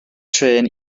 trên